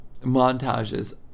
montages